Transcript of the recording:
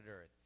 Earth